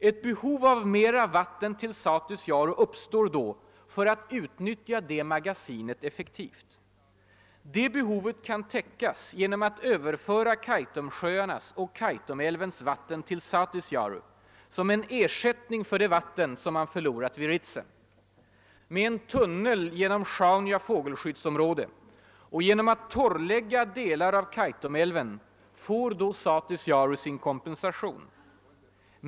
Ett behov av mera vatten till Satisjaure uppstår då för att man skall utnyttja det magasinet effektivt. Det behovet kan täckas genom att man överför Kaitumsjöarnas och Kaitumälvens vatten till Satisjaure som en ersättning för det vatten som man förlorat vid Ritsem. Med en tunnel genom Sjaunja fågelskyddsområde och genom torrläggning av delar av Kaitumälven får då Satisjaure sin kompensation.